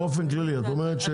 באופן כללי את אומרת,